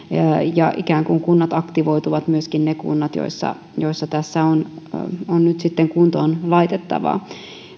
ja kunnat aktivoituvat myöskin ne kunnat joissa joissa tässä on on nyt sitten kuntoon laitettavaa